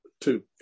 two